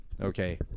Okay